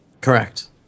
Correct